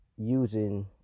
using